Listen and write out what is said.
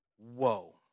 whoa